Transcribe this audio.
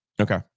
Okay